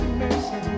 mercy